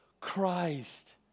Christ